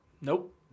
Nope